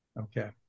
Okay